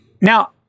Now